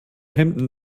hemden